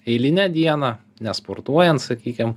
eilinę dieną nesportuojant sakykim